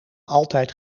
altijd